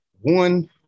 One